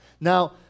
Now